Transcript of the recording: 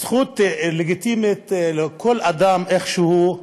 זכות לגיטימית של כל אדם, איך שהוא,